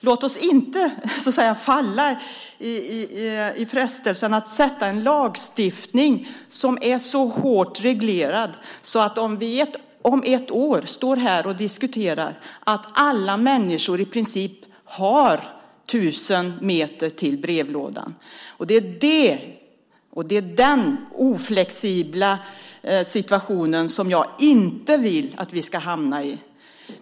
Låt oss inte falla för frestelsen att sätta in en lagstiftning som är så hårt reglerad att vi om ett år står här och diskuterar att alla människor i princip har 1 000 meter till brevlådan. Det är den oflexibla situationen som jag inte vill att vi ska hamna i.